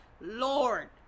Lord